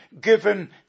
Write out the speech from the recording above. given